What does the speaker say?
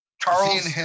Charles